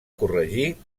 corregir